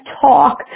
talk